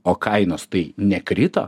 o kainos tai nekrito